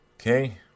Okay